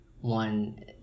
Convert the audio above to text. one